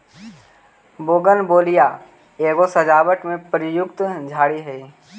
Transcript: bougainvillea एगो सजावट में प्रयुक्त झाड़ी हई